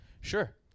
Sure